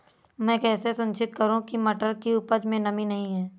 मैं कैसे सुनिश्चित करूँ की मटर की उपज में नमी नहीं है?